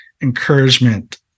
encouragement